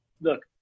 look